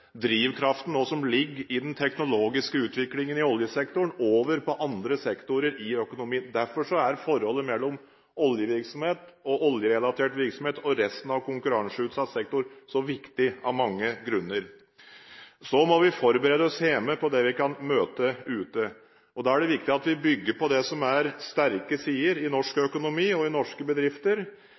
drivkraften som ligger i den teknologiske utviklingen i oljesektoren, over på andre sektorer i økonomien. Derfor er forholdet mellom oljevirksomhet og oljerelatert virksomhet og resten av konkurranseutsatt sektor så viktig av mange grunner. Så må vi forberede oss hjemme på det vi kan møte ute. Da er det viktig at vi bygger på det som er sterke sider i norsk økonomi og i norske bedrifter,